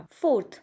Fourth